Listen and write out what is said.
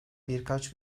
birkaç